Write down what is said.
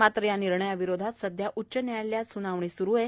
मात्र या निर्णयाविरोधात सध्या उच्च न्यायालयात स्नावणी स्रु आहे